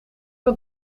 een